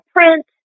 print